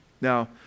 Now